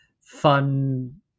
fun